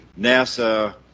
NASA